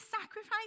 sacrifice